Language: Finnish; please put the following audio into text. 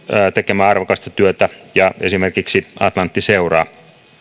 tekemää arvokasta työtä ja esimerkiksi atlantti seuraa